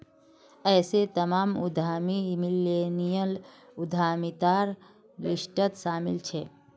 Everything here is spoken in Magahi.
ऐसे तमाम उद्यमी मिल्लेनियल उद्यमितार लिस्टत शामिल छे